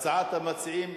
והצעת המציעים,